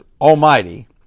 almighty